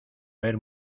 ver